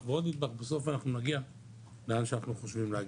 ועוד נדבך ובסוף אנחנו נגיע לאן שאנחנו חושבים להגיע.